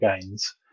gains